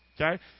Okay